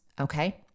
Okay